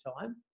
time